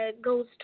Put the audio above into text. goes